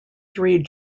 three